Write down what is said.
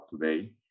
today